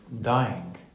dying